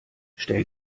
stell